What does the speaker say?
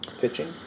pitching